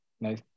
Nice